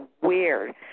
weird